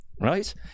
right